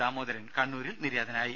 ദാമോദരൻ കണ്ണൂരിൽ നിര്യാതനായി